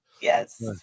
Yes